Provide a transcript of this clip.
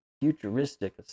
futuristic